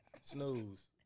Snooze